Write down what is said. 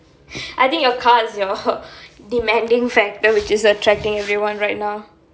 I think your car is your demanding factor which is attracting everyone right now